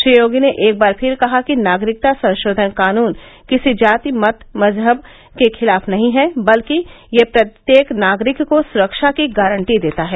श्री योगी ने एक बार फिर कहा कि नागरिकता संशोधन कानून किसी जाति मत मजहब के खिलाफ नहीं है बल्कि यह प्रत्येक नागरिक को सुरक्षा की गारंटी देता है